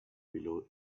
below